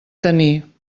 tenir